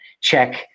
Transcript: check